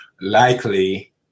likely